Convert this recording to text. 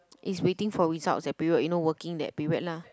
it's waiting for results that period you know working that period lah